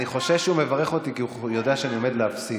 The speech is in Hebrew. אני חושש שהוא מברך אותי כי הוא יודע שאני עומד להפסיד.